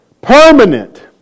permanent